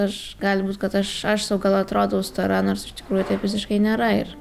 aš gali būt kad aš aš sau gal atrodau stora nors iš tikrųjų taip visiškai nėra ir